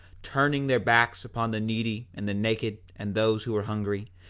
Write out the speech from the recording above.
turning their backs upon the needy and the naked and those who were hungry,